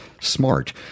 smart